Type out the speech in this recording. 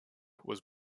was